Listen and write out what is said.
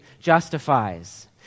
justifies